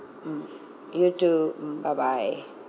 mm you too mm bye bye